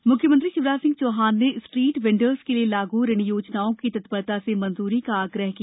bank ऋण म्ख्यमंत्री शिवराज सिंह चौहान ने स्ट्रीट वेंडर्स के लिए लागू ऋण योजनाओं की तत्परता से मंजूरी का आग्रह किया